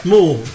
More